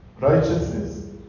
righteousness